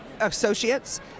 associates